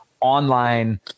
online